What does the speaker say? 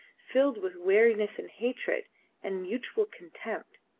filled with weariness and hatred and mutual contempt.